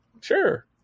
sure